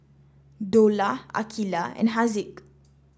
Dollah Aqilah and Haziq